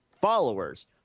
followers